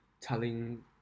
telling